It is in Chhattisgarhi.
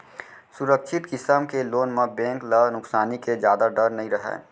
सुरक्छित किसम के लोन म बेंक ल नुकसानी के जादा डर नइ रहय